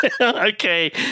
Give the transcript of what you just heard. Okay